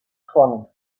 chronicles